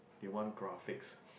they want graphics